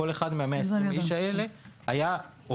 לכל אחד מ-120 איש האלה הייתה זכות או